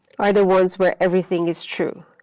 are the ones where everything is true.